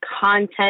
content